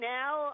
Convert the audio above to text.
now